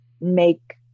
make